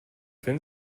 fent